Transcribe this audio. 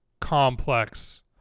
complex